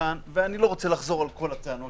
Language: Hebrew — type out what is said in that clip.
שכאן ואני לא רוצה לחזור על כל הטענות.